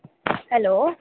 hello